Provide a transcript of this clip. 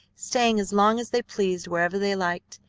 staying as long as they pleased wherever they liked,